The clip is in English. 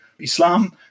Islam